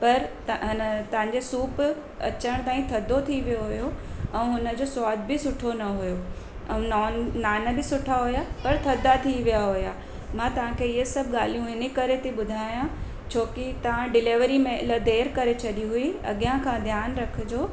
पर त अन तव्हांजे सूप अचण ताईं थधो थी वियो हुओ ऐं हुन जो सवादु बि सुठो न हुओ ऐं नॉन नान बि सुठा हुआ पर थधा थी विया हुआ मां तव्हांखे इहा सभु ॻाल्हियूं इनकरे थी ॿुधायां छो की तव्हां डिलेवरी में इलाही देरि करे छॾी हुई अॻियां खां ध्यानु रखजो